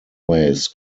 ways